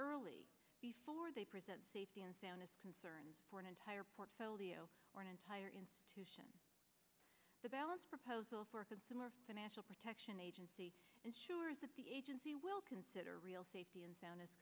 early before they present safety and soundness concerns for an entire portfolio or an entire institution the balance proposal for a consumer financial protection agency ensures that the agency will consider real safety and sound